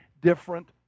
different